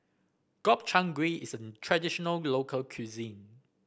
Gobchang Gui is a traditional local cuisine